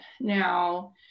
now